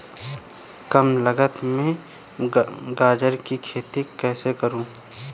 कम लागत में गाजर की खेती कैसे करूँ?